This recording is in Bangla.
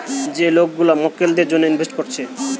যে লোক গুলা মক্কেলদের জন্যে ইনভেস্ট কোরছে